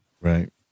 right